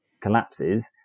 collapses